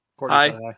Hi